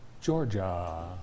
Georgia